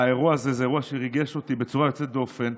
האירוע הזה הוא אירוע שריגש אותי בצורה יוצאת דופן.